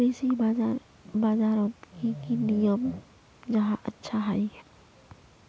कृषि बाजार बजारोत की की नियम जाहा अच्छा हाई?